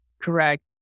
Correct